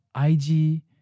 IG